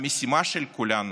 המשימה של כולנו.